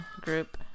group